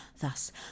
Thus